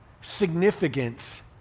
significance